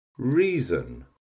reason